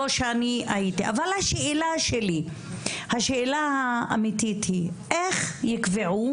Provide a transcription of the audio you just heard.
השאלה האמיתית שלי היא איך יקבעו